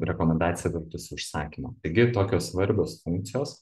rekomendacija virtusi užsakymu taigi tokios svarbios funkcijos